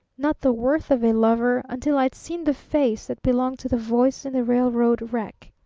not the worth of a lover until i'd seen the face that belonged to the voice in the railroad wreck.